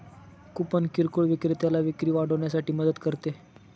coupon किरकोळ विक्रेत्याला विक्री वाढवण्यासाठी मदत करते